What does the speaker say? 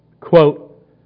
Quote